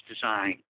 design